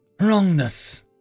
Wrongness